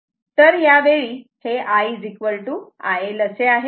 तर यावेळी हे I IL असे आहे